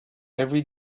every